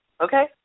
okay